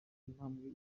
intambwe